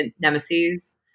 nemesis